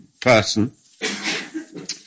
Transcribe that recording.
person